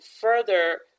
further